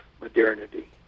modernity